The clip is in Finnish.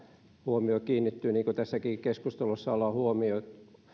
huomio kiinnittyy niin kuin tässäkin keskustelussa ollaan